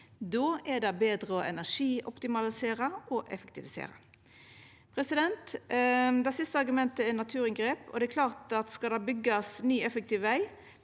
Då er det betre å energioptimalisera og effektivisera. Det siste argumentet er naturinngrep. Det er klart at skal det byggjast ny, effektiv veg